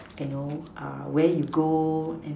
and know err where you go and